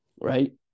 right